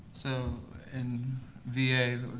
so in va,